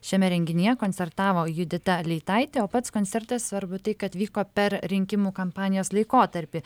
šiame renginyje koncertavo judita leitaitė o pats koncertas svarbu tai kad vyko per rinkimų kampanijos laikotarpį